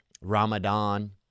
Ramadan